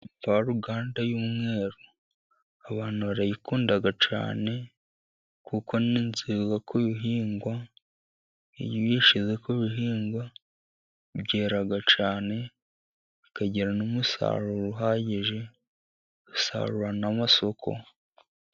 Imvaruganda y'umweru abantu barayikunda cyane, kuko ni nziza ku bihingwa. Iyo uyishyize ku bihingwa byera cyane, bikagira n'umusaruro uhagije. Ugasagurira n'amasoko.